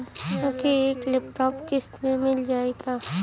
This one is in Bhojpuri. हमके एक लैपटॉप किस्त मे मिल जाई का?